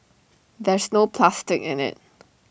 there's no plastic in IT